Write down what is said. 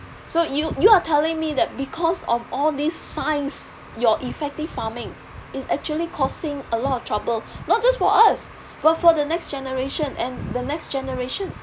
so you you are telling me that because of all these science your effective farming is actually causing a lot of trouble not just for us but for the next generation and the next generation